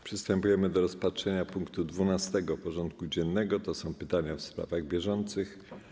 Przystępujemy do rozpatrzenia punktu 12. porządku dziennego: Pytania w sprawach bieżących.